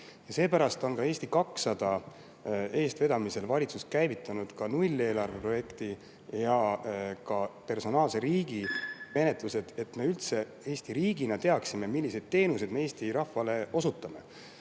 Seepärast on valitsus Eesti 200 eestvedamisel käivitanud nulleelarve projekti ja ka personaalse riigi menetlused, et me üldse riigina teaksime, milliseid teenuseid me Eesti rahvale osutame.